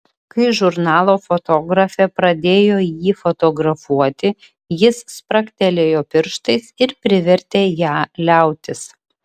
kai žurnalo fotografė pradėjo jį fotografuoti jis spragtelėjo pirštais ir privertė ją liautis